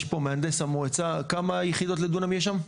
יש פה את מהנדס המועצה, כמה יחידות לדונם יש שם?